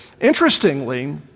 interestingly